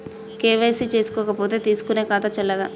KYC చేసుకోకపోతే తీసుకునే ఖాతా చెల్లదా?